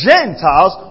Gentiles